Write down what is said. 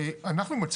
אנחנו,